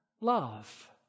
love